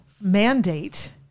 mandate